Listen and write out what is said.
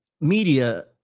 media